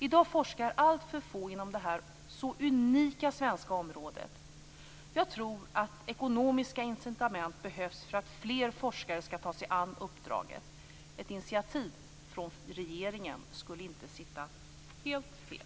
I dag forskar alltför få inom det så unika svenska området. Ekonomiska incitament behövs för att fler forskare skall ta sig an uppdraget. Ett initiativ från regeringens sida skulle inte sitta helt fel.